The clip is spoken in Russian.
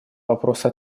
вопроса